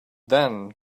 then